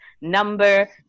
number